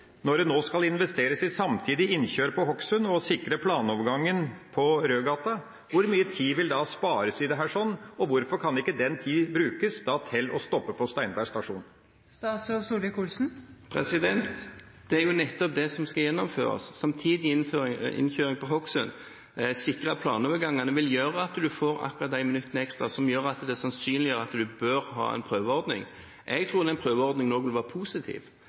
Når det nå skal investeres i samtidig innkjør på Hokksund og i å sikre planovergangen i Rødgata, hvor mye tid vil spares med dette, og hvorfor kan ikke den tida brukes til å stoppe på Steinberg stasjon? Det er nettopp det som skal gjennomføres, samtidig innkjøring på Hokksund og å sikre planovergangen vil gjøre at en får akkurat de minuttene ekstra som sannsynliggjør at en bør ha en prøveordning. Jeg tror en prøveordning nå vil være positiv.